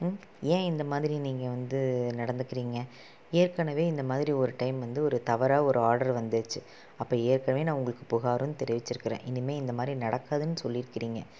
ஏன் இந்த மாதிரி நீங்கள் வந்து நடந்துக்கிறிங்க ஏற்கனவே இந்த மாதிரி வந்து ஒரு டைம் ஒரு தவறாக ஒரு ஆர்ட்ரு வந்துச்சு அப்போ ஏற்கனவே நான் உங்களுக்கு புகாரும் தெரிவிச்சிருக்கிறேன் இனிமேல் இந்த மாதிரி நடக்காதுன்னு சொல்லிருக்கிறிங்க